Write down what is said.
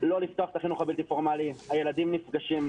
לא לפתוח את החינוך הבלתי פורמלי הילדים נפגשים,